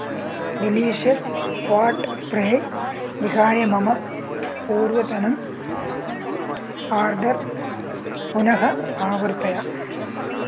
delicious fat spray विहाय मम पूर्वतनम् आर्डर् पुनः आवर्तय